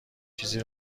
چیزی